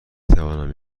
توانم